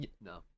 no